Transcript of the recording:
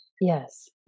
Yes